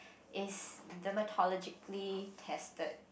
is dermatologically tested